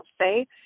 say